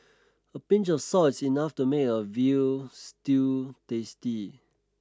a pinch of salt is enough to make a veal stew tasty